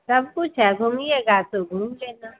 सब कुछ है घूमिएगा तो घूम लेना